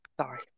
Sorry